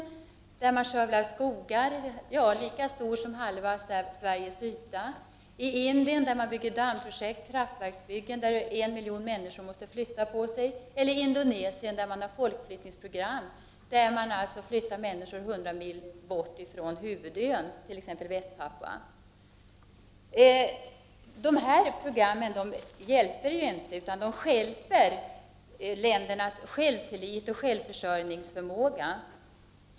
I Brasilien skövlar man skogar lika stora som halva Sveriges yta, i Indien bygger man dammar och kraftverk så att en miljon människor måste flytta på sig och i Indonesien har man folkflyttningsprogram där man flyttar människor 100 mil ifrån huvudön t.ex. till Väst Papua. Dessa program hjälper inte, utan de stjälper ländernas självtillit och självförsörjningsförmåga.